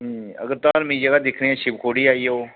अगर धार्मिक जगह् दिक्खनी शिवखोड़ी आई जाओ